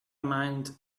mind